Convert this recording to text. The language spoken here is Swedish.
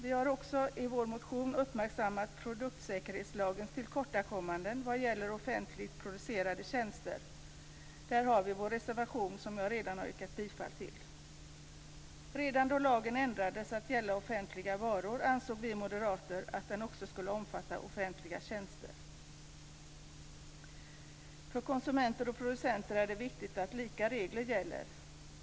Vi har också i vår motion uppmärksammat produktsäkerhetslagens tillkortakommanden vad gäller offentligt producerade tjänster. Där har vi vår reservation, som jag redan har yrkat bifall till. Redan då lagen ändrades till att gälla offentliga varor ansåg vi moderater att den också skulle omfatta offentliga tjänster. För konsumenter och producenter är det viktigt att lika regler gäller.